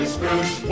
Scrooge